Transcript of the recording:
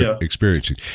experiencing